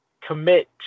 commit